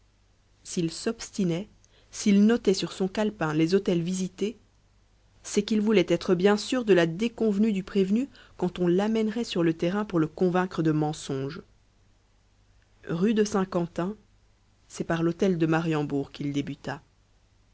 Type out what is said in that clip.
s'il s'obstinait s'il notait sur son calepin les hôtels visités c'est qu'il voulait être bien sûr de la déconvenue du prévenu quand on l'amènerait sur le terrain pour le convaincre de mensonge rue de saint-quentin c'est par l'hôtel de mariembourg qu'il débuta